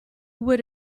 would